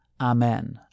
Amen